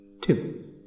Two